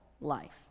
life